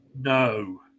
No